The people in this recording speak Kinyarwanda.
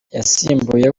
yasimbuye